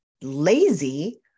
lazy